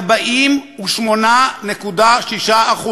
ירושלים, ל-48.6%.